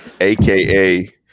AKA